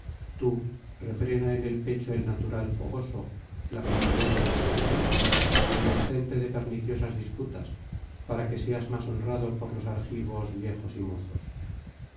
tú refrena en el pecho el tíatural fogoso la benevolencia es preferible y abstente de perniciosas disputas para que seas nías honrado por los argivos viejos y mozos